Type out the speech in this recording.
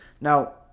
Now